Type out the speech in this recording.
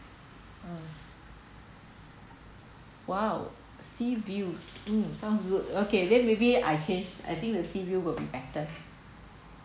um !wow! sea views um sounds good okay then maybe I change I think the sea view will be better